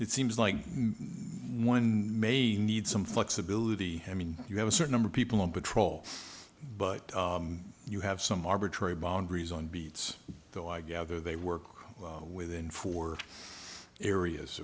it seems like no one may need some flexibility i mean you have a certain number of people on patrol but you have some arbitrary boundaries on beats though i gather they work within four areas